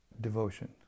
devotion